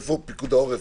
איפה פיקוד העורף?